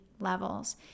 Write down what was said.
levels